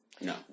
No